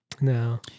No